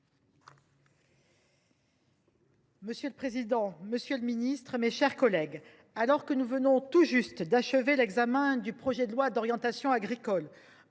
Monsieur le président, monsieur le ministre, mes chers collègues, alors que nous venons tout juste d’achever l’examen du projet de loi d’orientation pour